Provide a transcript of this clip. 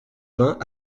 vingt